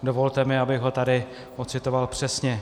Dovolte mi, abych ho tady odcitoval přesně.